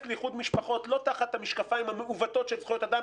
לאיחוד משפחות לא תחת המשקפיים המעוותות של זכויות אדם